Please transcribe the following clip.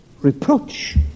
reproach